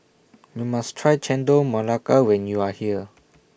YOU must Try Chendol Melaka when YOU Are here